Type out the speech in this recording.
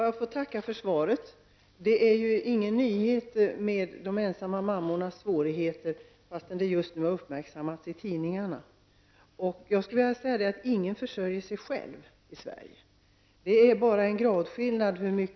Då Inger Schörling, som framställt frågan, anmält att hon var förhindrad att närvara vid sammanträdet, medgav tredje vice talmannen att Ragnhild Pohanka i stället fick delta i överläggningen.